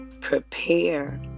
prepare